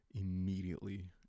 immediately